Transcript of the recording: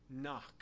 Knock